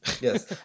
Yes